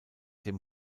dem